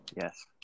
Yes